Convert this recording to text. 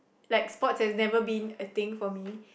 like sports has never been a thing for me